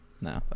No